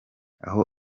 aho